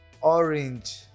orange